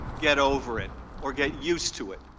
get over it? or get used to it?